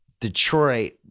Detroit